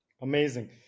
Amazing